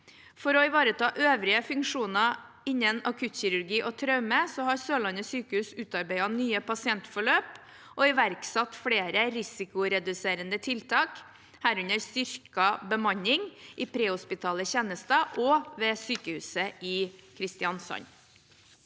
For å ivareta øvrige funksjoner innen akuttkirurgi og traume har Sørlandet sykehus utarbeidet nye pasientforløp og iverksatt flere risikoreduserende tiltak, herunder styrket beman ning i prehospitale tjenester også ved sykehuset i Kristiansand.